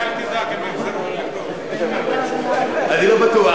אני לא בטוח.